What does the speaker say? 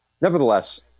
Nevertheless